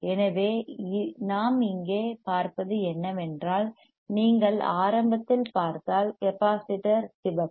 எனவே நாம் இங்கே பார்ப்பது என்னவென்றால் நீங்கள் ஆரம்பத்தில் பார்த்தால் கெப்பாசிட்டர் சிவப்பு